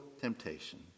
temptation